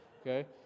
okay